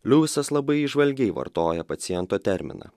liujisas labai įžvalgiai vartoja paciento terminą